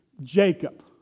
Jacob